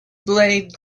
blade